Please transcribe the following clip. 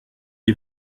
est